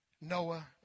Noah